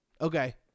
Okay